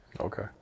Okay